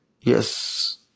yes